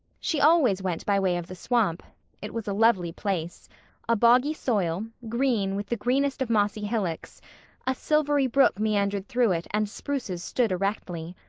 she always went by way of the swamp it was a lovely place a boggy soil, green with the greenest of mossy hillocks a silvery brook meandered through it and spruces stood erectly,